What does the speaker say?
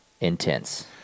intense